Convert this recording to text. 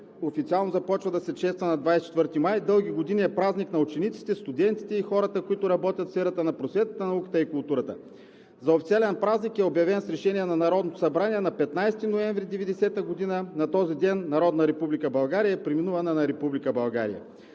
официално започва да се чества на 24 май. Дълги години е празник на учениците, студентите и хората, които работят в сферата на просветата, науката и културата. За официален празник е обявен с решение на Народното събрание на 15 ноември 1990 г. На този ден Народна република България е преименувана на Република България.